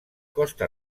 costa